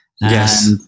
Yes